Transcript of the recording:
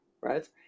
right